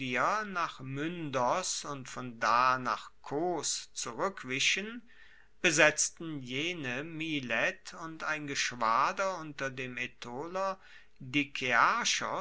nach myndos und von da nach kos zurueckwichen besetzten jene milet und ein geschwader unter dem